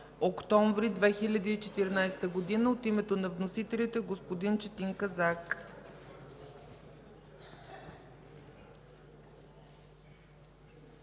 октомври 2014 г. От името на вносителите – господин Четин Казак.